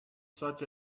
such